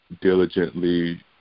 diligently